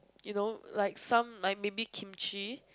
you know like some like maybe kimchi